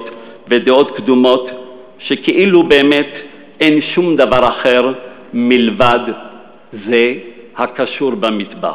ודעות קדומות שכאילו באמת אין שום דבר אחר מלבד זה הקשור למטבח.